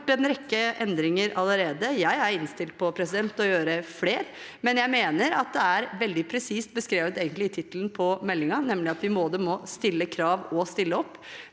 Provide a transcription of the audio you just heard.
Vi har gjort en rekke endringer allerede. Jeg er innstilt på å gjøre flere, men jeg mener at det er veldig presist beskrevet, egentlig, i tittelen på meldingen, nemlig at vi må både stille krav og stille opp.